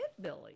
Billy